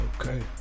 Okay